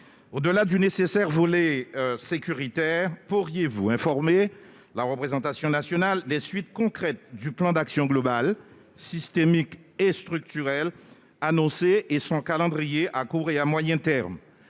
Au-delà du nécessaire volet sécuritaire, pourriez-vous, monsieur le ministre, informer la représentation nationale des suites concrètes du plan d'action global, systémique et structurel annoncé, ainsi que de son calendrier à court et à moyen terme ?